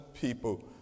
people